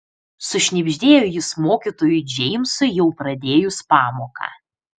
sušnibždėjo jis mokytojui džeimsui jau pradėjus pamoką